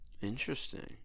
interesting